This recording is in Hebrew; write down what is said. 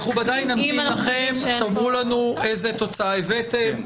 מכובדיי, נמתין לכם, תאמרו לנו איזה תוצאה הבאתם.